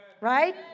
Right